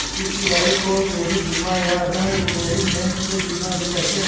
PPI को credit बीमा या ॠण रिपेयरमेंट बीमा भी कहते हैं